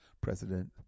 president